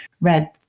read